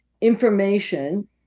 information